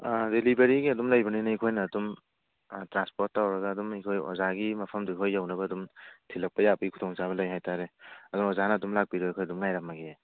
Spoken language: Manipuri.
ꯑꯥ ꯗꯤꯂꯤꯕꯔꯤꯒꯤ ꯑꯗꯨꯝ ꯂꯩꯕꯅꯤꯅ ꯑꯩꯈꯣꯏꯅ ꯑꯗꯨꯝ ꯇ꯭ꯔꯥꯟꯁꯄꯣꯔꯠ ꯇꯧꯔꯒ ꯑꯗꯨꯝ ꯑꯩꯈꯣꯏ ꯑꯣꯖꯥꯒꯤ ꯃꯐꯝꯗꯨ ꯐꯥꯎ ꯌꯧꯅꯕ ꯑꯗꯨꯝ ꯊꯤꯜꯂꯛꯄ ꯌꯥꯕꯒꯤ ꯈꯨꯗꯣꯡ ꯆꯥꯕ ꯂꯩ ꯍꯥꯏꯇꯥꯔꯦ ꯑꯗꯨꯅ ꯑꯣꯖꯥꯅ ꯑꯗꯨꯝ ꯂꯥꯛꯄꯤꯔꯣ ꯑꯩꯈꯣꯏ ꯑꯗꯨꯝ ꯉꯥꯏꯔꯝꯂꯒꯦ